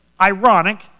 ironic